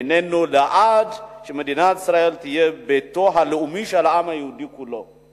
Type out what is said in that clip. נינינו לעד וכדי שמדינת ישראל תהיה ביתו הלאומי של העם היהודי כולו.